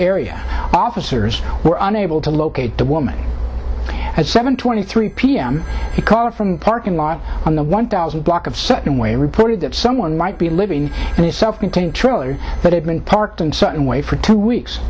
area officers were unable to locate the woman at seven twenty three p m caller from the parking lot on the one thousand block of sutton way reported that someone might be living in a self contained trailer that had been parked in certain way for two weeks